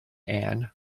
ann